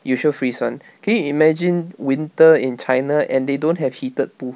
you sure freeze [one] can you imagine winter in china and they don't have heated pool